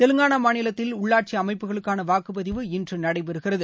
தெலங்கானா மாநிலத்தில் உள்ளாட்சி அமைப்புகளுக்கான வாக்குப்பதிவு இன்று நடைபெறுகிறது